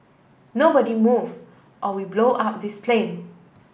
nobody move or we blow up this plane